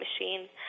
machine